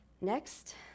Next